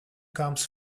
comes